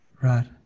Right